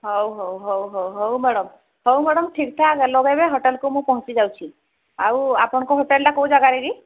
ହଉ ହଉ ହଉ ହଉ ହଉ ମ୍ୟାଡମ୍ ହଉ ମ୍ୟାଡମ୍ ଠିକ୍ ଠାକ୍ ଲଗେଇବେ ହୋଟେଲକୁ ମୁଁ ପହଞ୍ଚିଯାଉଛି ଆଉ ଆପଣଙ୍କ ହୋଟେଲଟା କୋଉ ଜାଗାରେକି